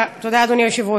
תודה רבה, אדוני היושב-ראש.